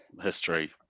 history